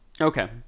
Okay